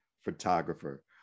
photographer